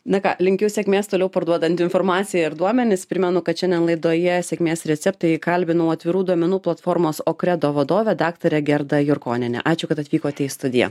na ką linkiu sėkmės toliau parduodant informaciją ir duomenis primenu kad šiandien laidoje sėkmės receptai kalbinau atvirų duomenų platformos okredo vadovę daktarę gerdą jurkonienę ačiū kad atvykote į studiją